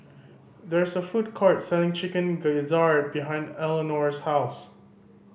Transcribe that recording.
there is a food court selling Chicken Gizzard behind Elinore's house